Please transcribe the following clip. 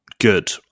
good